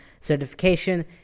certification